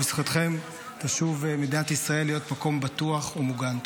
ובזכותכם תשוב מדינת ישראל להיות מקום בטוח ומוגן.